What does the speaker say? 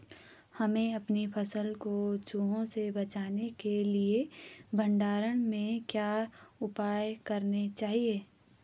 हमें अपनी फसल को चूहों से बचाने के लिए भंडारण में क्या उपाय करने चाहिए?